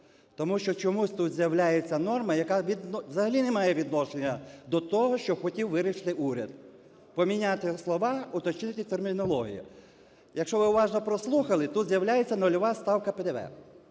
Тому що чомусь тут з'являється норма, яка взагалі не має відношення до того, що хотів вирішити уряд, – поміняти слова, уточнити термінологію. Якщо ви уважно прослухали, тут з'являється нульова ставка ПДВ,